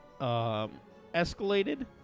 escalated